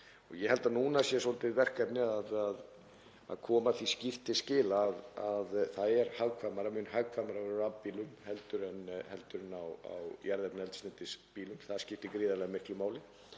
Ég held að núna sé svolítið verkefnið að koma því skýrt til skila að það er hagkvæmara, mun hagkvæmara að vera á rafbílum heldur en á jarðefnaeldsneytisbílum. Það skiptir gríðarlega miklu máli.